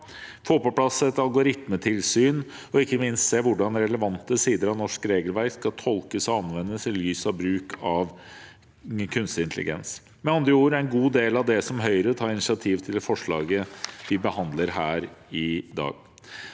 få på plass et algoritmetilsyn, og ikke minst å se på hvordan relevante sider av norsk regelverk skal tolkes og anvendes i lys av bruk av kunstig intelligens – med andre ord en god del av det som Høyre tar initiativ til i forslaget vi behandler her i dag.